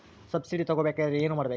Subsidy ತಗೊಬೇಕಾದರೆ ಏನು ಮಾಡಬೇಕು?